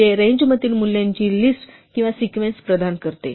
जे रेंज मधील मूल्यांची लिस्ट किंवा सिक्वेन्स प्रदान करते